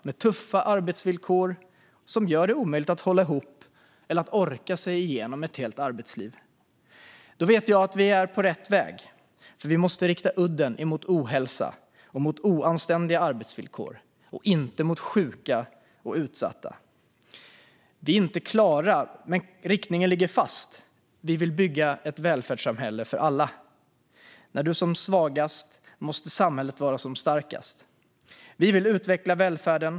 De har tuffa arbetsvillkor som gör det omöjligt att hålla ihop eller att orka sig igenom ett helt arbetsliv. Då vet jag att vi är på rätt väg. Vi måste rikta udden mot ohälsa och oanständiga arbetsvillkor, och inte mot sjuka och utsatta. Vi är inte klara, men riktningen ligger fast. Vi vill bygga ett välfärdssamhälle för alla. När du är som svagast måste samhället vara som starkast. Vi vill utveckla välfärden.